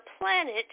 planet